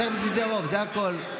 צריך בשביל זה רוב, זה הכול.